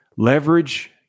Leverage